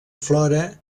flora